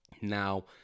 Now